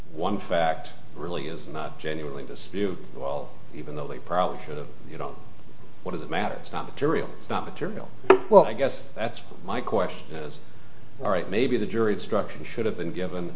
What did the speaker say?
one fact really is not genuinely dispute well even though they probably should you know what it matters not materials not material well i guess that's my question all right maybe the jury instruction should have been given